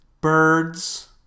birds